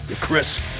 Chris